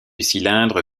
cylindre